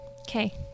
Okay